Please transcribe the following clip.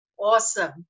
awesome